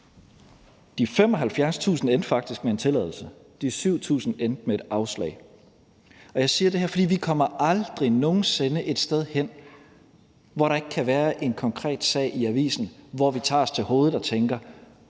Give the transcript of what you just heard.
De 75.000 endte faktisk med en tilladelse. De 7.000 endte med et afslag. Og jeg siger det her, fordi vi aldrig nogen sinde kommer et sted hen, hvor der ikke kan være en konkret sag i avisen, hvor vi tager os til hovedet og tænker: